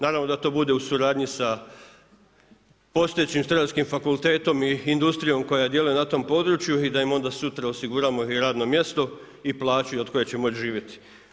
Naravno da to bude u suradnji sa postojećim strojarskim fakultetom i industrijom koja djeluje na tom području i da im onda sutra osiguramo i radno mjesto i plaću od koje će moći živjeti.